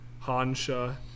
Hansha